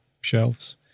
shelves